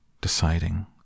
deciding